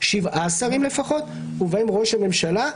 שבעה שרים לפחות ובהם ראש הממשלה,